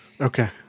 Okay